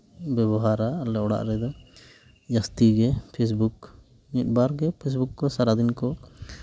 ᱵᱮᱵᱚᱦᱟᱨᱟ ᱟᱞᱮ ᱚᱲᱟᱜ ᱨᱮᱫᱚ ᱡᱟᱹᱥᱛᱤ ᱜᱮ ᱯᱷᱮᱥᱵᱩᱠ ᱢᱤᱫᱵᱟᱨ ᱜᱮ ᱯᱷᱮᱥᱵᱩᱠ ᱠᱚ ᱥᱟᱨᱟᱫᱤᱱ ᱠᱚ